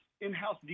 in-house